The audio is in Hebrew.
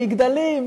מגדלים,